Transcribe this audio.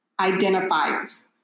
identifiers